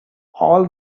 all